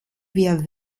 wir